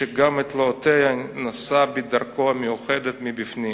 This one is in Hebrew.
שגם את תלאותיה נשא בדרכו המיוחדת מבפנים.